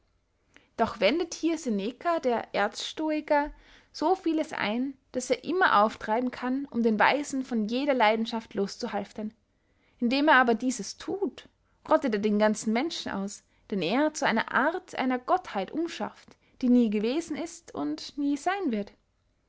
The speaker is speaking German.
doch wendet hier seneca der erzstoiker so vieles ein als er immer auftreiben kann um den weisen von jeder leidenschaft loszuhalftern indem er aber dieses thut rottet er den ganzen menschen aus den er zu einer art einer gottheit umschaft die nie gewesen ist und nie seyn wird